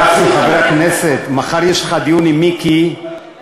חבר הכנסת גפני, נו.